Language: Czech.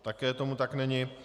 Také tomu tak není.